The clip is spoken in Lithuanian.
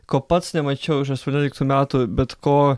ko pats nemačiau iš aštuonioliktų metų bet ko